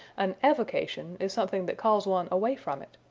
an avocation is something that calls one away from it.